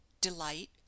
delight